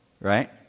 right